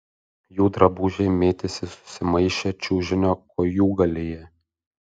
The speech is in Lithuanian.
jų drabužiai mėtėsi susimaišę čiužinio kojūgalyje